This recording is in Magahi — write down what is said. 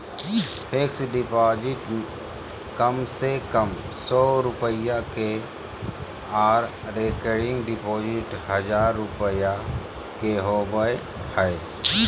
फिक्स्ड डिपॉजिट कम से कम सौ रुपया के आर रेकरिंग डिपॉजिट हजार रुपया के होबय हय